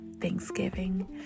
thanksgiving